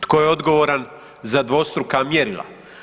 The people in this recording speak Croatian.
Tko je odgovoran za dvostruka mjerila?